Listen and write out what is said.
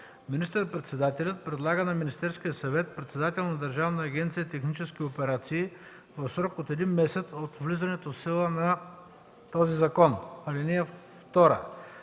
Министър–председателят предлага на Министерския съвет председател на Държавна агенция „Технически операции” в срок до един месец от влизането в сила на този закон. (2) До